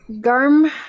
Garm